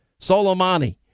soleimani